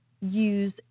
use